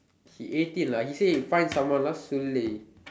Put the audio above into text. he eighteen lah he say find someone lah சுள்ளி:sulli